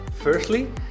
Firstly